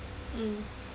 mm